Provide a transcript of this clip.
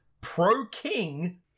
pro-king